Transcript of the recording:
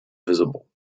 visible